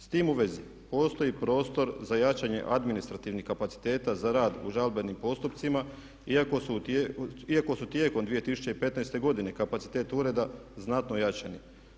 S time u vezi postoji prostor za jačanje administrativnih kapaciteta za rad u žalbenim postupcima iako su tijekom 2015. godine kapaciteit ureda znatno ojačani.